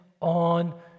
on